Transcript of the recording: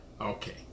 Okay